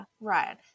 right